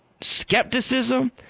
skepticism